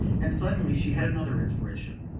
and suddenly she had another inspiration.